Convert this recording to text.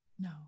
no